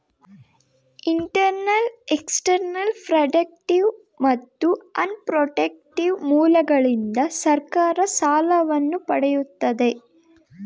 internal, external, productive ಮತ್ತು un protective ಮೂಲಗಳಿಂದ ಸರ್ಕಾರ ಸಾಲವನ್ನು ಪಡೆಯುತ್ತದೆ